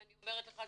ואני אומרת לך,